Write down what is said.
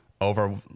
over